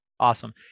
Awesome